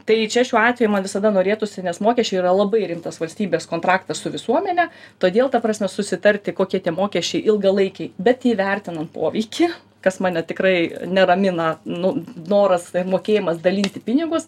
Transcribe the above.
tai čia šiuo atveju man visada norėtųsi nes mokesčiai yra labai rimtas valstybės kontraktas su visuomene todėl ta prasme susitarti kokie tie mokesčiai ilgalaikiai bet įvertinant poveikį kas mane tikrai neramina nu noras mokėjimas dalinti pinigus